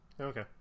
Okay